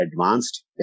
advanced